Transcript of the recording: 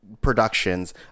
productions